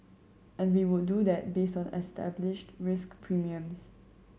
and we would do that based on established risk premiums